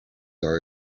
are